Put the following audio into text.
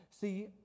See